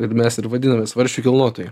ir mes ir vadiname svarsčių kilnotojai